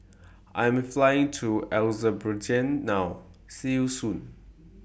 I Am Flying to Azerbaijan now See YOU Soon